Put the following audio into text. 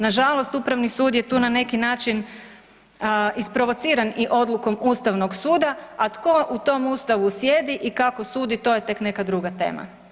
Nažalost, upravni sud je tu na neki način isprovociran i odlukom ustavnog suda, a tko u tom ustavu sjedi i kako sudi to je tek neka druga tema.